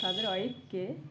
তাদের ওয়াইফকে